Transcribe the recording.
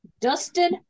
dustin